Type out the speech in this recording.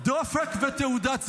דופק ותעודת זהות.